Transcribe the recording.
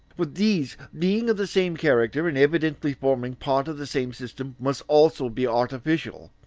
but these, being of the same character and evidently forming part of the same system, must also be artificial,